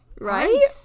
right